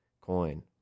Coin